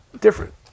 different